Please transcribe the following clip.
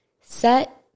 Set